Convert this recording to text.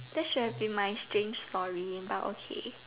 that should've been my strange story but okay